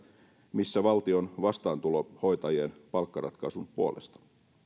missä valtion vastaantulo hoitajien palkkaratkaisun puolesta